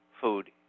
food